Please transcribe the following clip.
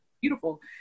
beautiful